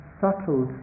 subtle